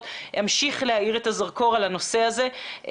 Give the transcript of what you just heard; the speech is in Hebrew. אמשיך להאיר את הזרקור על הנושא הזה.